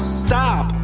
stop